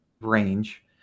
range